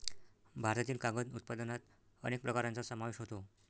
भारतातील कागद उत्पादनात अनेक प्रकारांचा समावेश होतो